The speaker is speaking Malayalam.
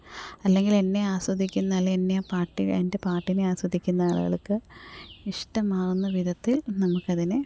അല്ലെങ്കിൽ എന്നെ ആസ്വദിക്കുന്നത് അല്ലെ എന്നെ ആ പാട്ട് എൻ്റെ പാട്ടിനെ ആസ്വദിക്കുന്ന ആളുകൾക്കു ഇഷ്ടമാകുന്ന വിധത്തിൽ നമുക്കതിനെ